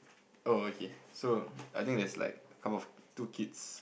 oh okay so I think there's like half of two kids